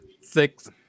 six